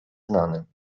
znanym